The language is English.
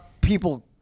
people